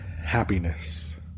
happiness